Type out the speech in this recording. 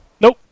Nope